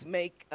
make